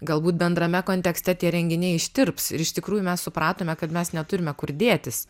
galbūt bendrame kontekste tie renginiai ištirps ir iš tikrųjų mes supratome kad mes neturime kur dėtis